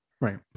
Right